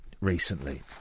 recently